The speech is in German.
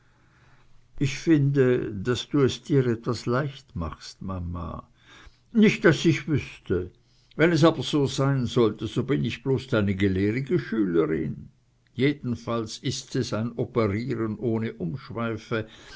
ich finde daß du es dir etwas leicht machst mama nicht daß ich wüßte wenn es aber so sein sollte so bin ich bloß deine gelehrige schülerin jedenfalls ist es ein operieren ohne umschweife